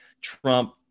Trump